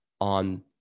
on